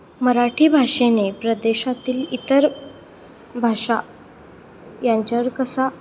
मराठी भाषेने प्रदेशातील इतर भाषा यांच्यावर कसा